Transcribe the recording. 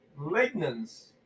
Lignans